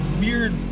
Weird